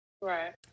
Right